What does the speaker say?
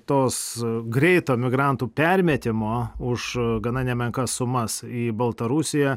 tos greito migrantų permetimo už gana nemenkas sumas į baltarusiją